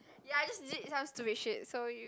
ya I just delete some stupid shit so you